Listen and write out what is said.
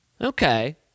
Okay